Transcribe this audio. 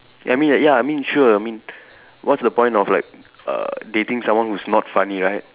I mean like ya I mean sure I mean what's the point of like uh dating someone who's not funny right